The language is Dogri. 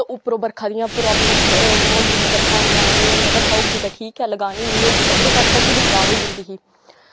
उप्परो बरखा दियां प्राब्लम होंदियां हियां बरखां होनियां निं होनियां बरखा होग्गी ते ठीक ऐ लगानी निं होग्गी ते ओह्दे कारण फसल बी खराब होई जंदी ही